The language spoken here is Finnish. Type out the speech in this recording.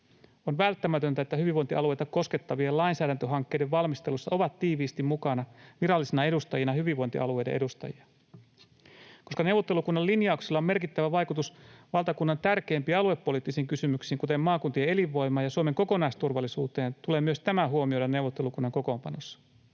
On välttämätöntä, että hyvinvointialueita koskettavien lainsäädäntöhankkeiden valmistelussa on tiiviisti mukana virallisina edustajina hyvinvointialueiden edustajia. Koska neuvottelukunnan linjauksilla on merkittävä vaikutus valtakunnan tärkeimpiin aluepoliittisiin kysymyksiin, kuten maakuntien elinvoimaan ja Suomen kokonaisturvallisuuteen, tulee myös tämä huomioida neuvottelukunnan kokoonpanossa.